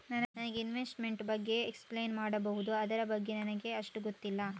ನನಗೆ ಇನ್ವೆಸ್ಟ್ಮೆಂಟ್ ಬಗ್ಗೆ ಎಕ್ಸ್ಪ್ಲೈನ್ ಮಾಡಬಹುದು, ಅದರ ಬಗ್ಗೆ ನನಗೆ ಅಷ್ಟು ಗೊತ್ತಿಲ್ಲ?